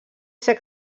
ser